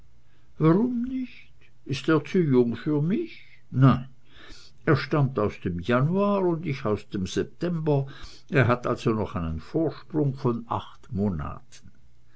warum nicht ist er zu jung für mich nein er stammt aus dem januar und ich aus dem september er hat also noch einen vorsprung von acht monaten